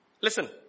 Listen